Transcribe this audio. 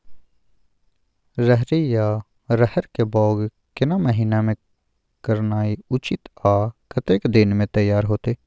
रहरि या रहर के बौग केना महीना में करनाई उचित आ कतेक दिन में तैयार होतय?